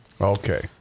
Okay